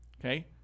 Okay